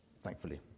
thankfully